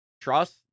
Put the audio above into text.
trust